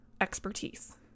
expertise